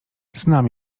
znam